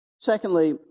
Secondly